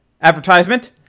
advertisement